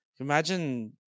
Imagine